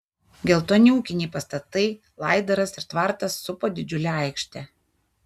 geltoni ūkiniai pastatai laidaras ir tvartas supo didžiulę aikštę